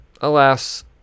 alas